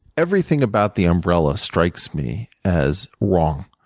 everything about the umbrella strikes me as wrong.